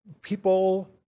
people